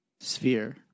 sphere